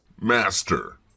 Master